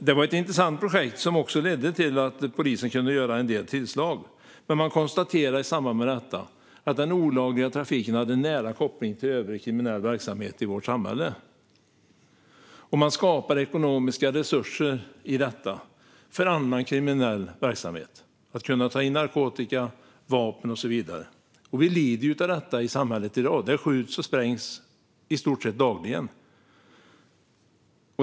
Det var ett intressant projekt som också ledde till att polisen kunde göra en del tillslag. Men man konstaterade i samband med detta att den olagliga trafiken har nära koppling till övrig kriminell verksamhet i vårt samhälle och att ekonomiska resurser skapas för annan kriminell verksamhet, som att kunna ta in narkotika, vapen och så vidare. Vi lider av detta i samhället i dag. Det skjuts och sprängs i stort sett dagligen.